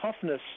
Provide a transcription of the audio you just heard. toughness